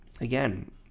again